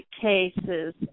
cases